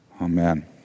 Amen